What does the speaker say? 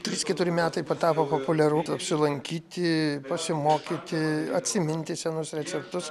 trys keturi metai patapo populiaru apsilankyti pasimokyti atsiminti senus receptus